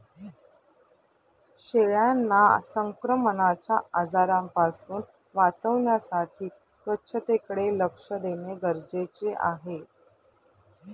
शेळ्यांना संक्रमणाच्या आजारांपासून वाचवण्यासाठी स्वच्छतेकडे लक्ष देणे गरजेचे आहे